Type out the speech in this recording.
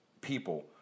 people